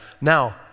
Now